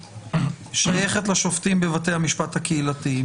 שייכת לשופטים בבתי המשפט הקהילתיים.